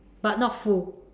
but not full